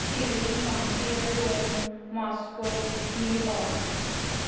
Sydney Montreal Rome Moscow New York